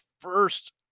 first